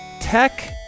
Tech